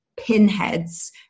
pinheads